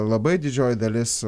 labai didžioji dalis